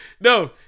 no